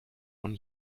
von